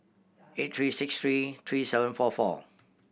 eight three six three three seven four four